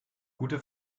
gute